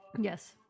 Yes